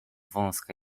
wąska